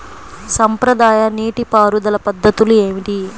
సాంప్రదాయ నీటి పారుదల పద్ధతులు ఏమిటి?